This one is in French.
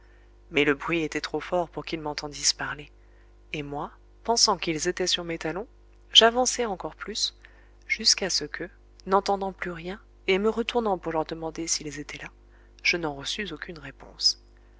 mais le bruit était trop fort pour qu'ils m'entendissent parler et moi pensant qu'ils étaient sur mes talons j'avançai encore plus jusqu'à ce que n'entendant plus rien et me retournant pour leur demander s'ils étaient là je n'en reçus aucune réponse